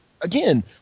again